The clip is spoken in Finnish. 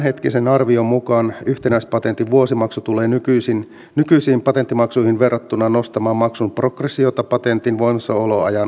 tämänhetkisen arvion mukaan yhtenäispatentin vuosimaksu tulee nykyisiin patenttimaksuihin verrattuna nostamaan maksun progressiota patentin voimassaoloajan loppupuolella